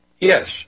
Yes